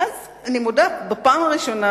ואז, ואני מודה שבפעם הראשונה,